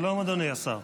שלום, אדוני השר.